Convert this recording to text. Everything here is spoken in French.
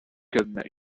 comme